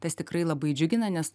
tas tikrai labai džiugina nes